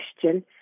question